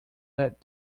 that